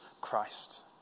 Christ